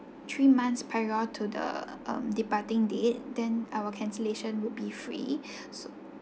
three months prior to the um departing date then our cancellation would be free so